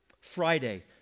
Friday